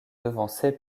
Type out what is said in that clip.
devancée